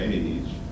age